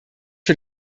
für